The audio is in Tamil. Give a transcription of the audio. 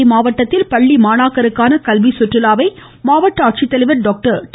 மதுரை மாவட்டத்தில் பள்ளி மாணாக்கருக்கான கல்விச் சுற்றுலாவை மாவட்ட ஆட்சித்தலைவர் டாக்டர் டி